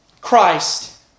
Christ